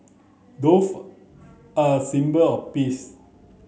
dove are a symbol of peace